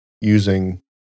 using